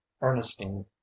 ernestine